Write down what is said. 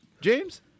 James